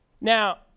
Now